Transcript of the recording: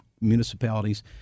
municipalities